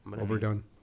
Overdone